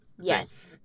Yes